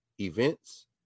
events